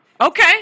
Okay